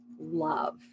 love